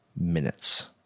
minutes